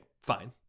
fine